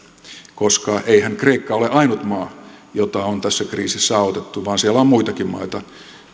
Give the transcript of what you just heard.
koska eihän kreikka ole ainut maa jota on tässä kriisissä autettu vaan siellä on muitakin maita